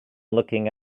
looking